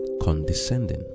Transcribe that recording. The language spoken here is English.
condescending